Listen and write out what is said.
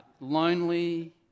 Lonely